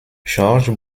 georges